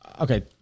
okay